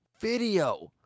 video